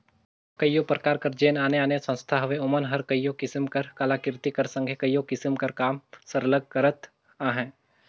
कइयो परकार कर जेन आने आने संस्था हवें ओमन हर कइयो किसिम कर कलाकृति कर संघे कइयो किसिम कर काम सरलग करत अहें